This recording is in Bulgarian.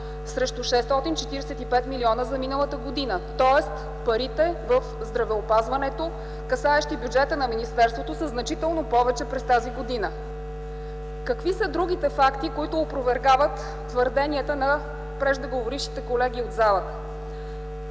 срещу 645 милиона за миналата година. Тоест парите в здравеопазването, касаещи бюджета на министерството, са значително повече през тази година. Какви са другите факти, които опровергават твърденията на преждеговорившите колеги от залата.